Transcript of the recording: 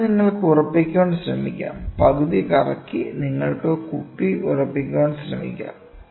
അതിനാൽ നിങ്ങൾക്ക് ഉറപ്പിക്കാൻ ശ്രമിക്കാം പകുതി കറക്കി നിങ്ങൾക്ക് കുപ്പി ഉറപ്പിക്കാൻ ശ്രമിക്കാം